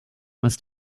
must